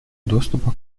доступа